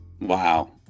Wow